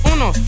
Uno